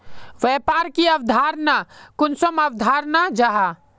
व्यापार की अवधारण कुंसम अवधारण जाहा?